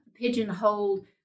pigeonhole